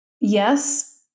yes